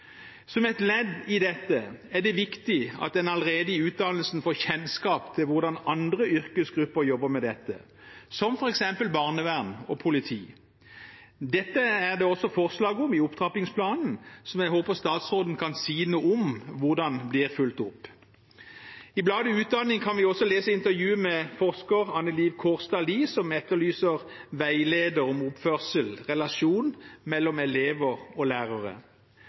Som et ledd i dette er det viktig at man allerede i utdannelsen får kjennskap til hvordan andre yrkesgrupper jobber med dette, som f.eks. barnevern og politi. Dette er det også forslag om i opptrappingsplanen, som jeg håper statsråden kan si noe om hvordan blir fulgt opp. I bladet Utdanning kan vi også lese intervju med forsker Anne Liv Kaarstad Lie, som etterlyser veileder om oppførsel og relasjon mellom elever og lærere.